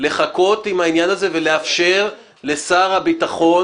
לחכות עם העניין הזה ולאפשר לשר הביטחון